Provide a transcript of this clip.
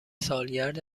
سالگرد